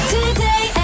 Today